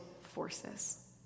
forces